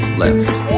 left